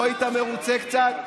לא היית מרוצה קצת,